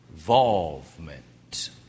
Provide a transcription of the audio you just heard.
Involvement